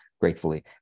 gratefully